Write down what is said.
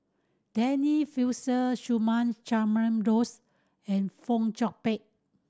Denise Fletcher Subha Chandra Bose and Fong Chong Pik